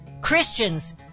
Christians